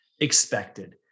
expected